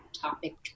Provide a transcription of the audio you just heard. topic